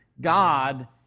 God